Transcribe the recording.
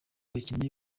bakinnyi